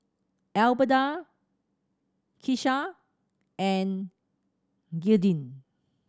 Albertha Kisha and Gearldine